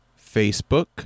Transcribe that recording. Facebook